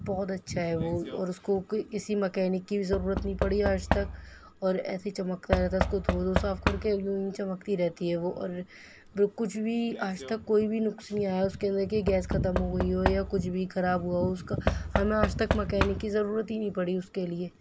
بہت اچھا ہے وہ اور اُس کو کسی مکینک کی ضرورت نہیں پڑی آج تک اور ایسے چمکتا رہتا اِسکو دھو دھو صاف کر کے یوں ہی چمکتی رہتی ہے وہ اور وہ کچھ بھی آج تک کوئی بھی نقص نہیں آیا اُس کے اندر کی گیس ختم ہو گئی ہو یا کچھ بھی خراب ہُوا ہو اُس کا ہمیں آج تک مکینک کی ضرورت ہی نہیں پڑی اُس کے لیے